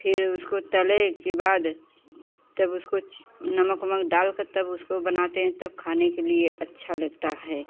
फिर उसको तलै के बाद तब उसको नमक ओमक डालकर तब उसको बनाते हैं तब खाने के लिए अच्छा लगता है